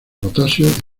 potasio